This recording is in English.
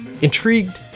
Intrigued